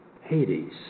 Hades